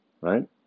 right